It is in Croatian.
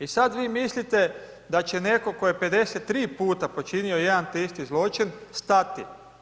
I sad vi mislite da će netko tko je 53 puta počinio jedan te isti zločin stati.